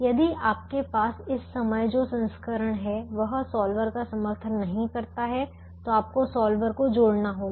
यदि आपके पास इस समय जो संस्करण है वह सॉल्वर का समर्थन नहीं करता है तो आपको सॉल्वर को जोड़ना होगा